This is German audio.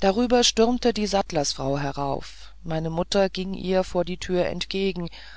darüber stürmte die sattlersfrau herauf meine mutter ging ihr vor die tür entgegen